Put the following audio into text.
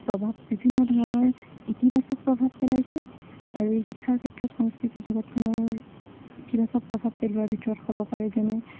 প্ৰভাৱ বিভিন্ন ধৰণৰ ইতিবাচক প্ৰভাৱ পেলাইছে আৰু এই শিক্ষাৰ ক্ষেত্ৰত সংস্কৃতিৰ জগতখনৰ ইতিবাচক প্ৰভাৱ পেলোৱাৰ ভিতৰত হ'ব পাৰে যেনে